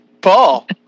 Paul